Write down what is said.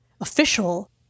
official